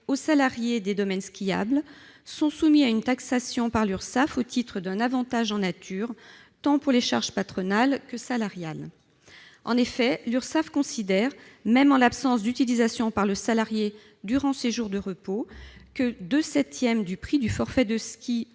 aux salariés des domaines skiables sont soumis à une taxation par l'Urssaf au titre d'un avantage en nature, pour les charges tant patronales que salariales. En effet, l'Urssaf considère que, même en l'absence d'utilisation d'un forfait ou laissez-passer par le salarié durant ses jours de repos, les deux septièmes du prix du forfait de ski